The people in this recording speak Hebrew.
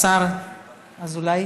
השר אזולאי?